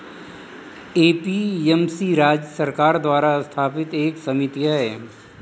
APMC राज्य सरकार द्वारा स्थापित एक समिति है